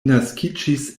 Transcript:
naskiĝis